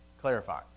clarify